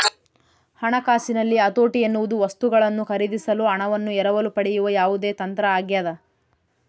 ಹಣಕಾಸಿನಲ್ಲಿ ಹತೋಟಿ ಎನ್ನುವುದು ವಸ್ತುಗಳನ್ನು ಖರೀದಿಸಲು ಹಣವನ್ನು ಎರವಲು ಪಡೆಯುವ ಯಾವುದೇ ತಂತ್ರ ಆಗ್ಯದ